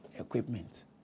equipment